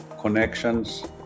connections